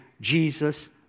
Jesus